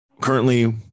currently